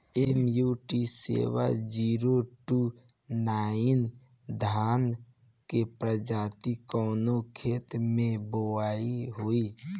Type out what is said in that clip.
MUT seven zero two nine धान के प्रजाति कवने खेत मै बोआई होई?